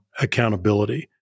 accountability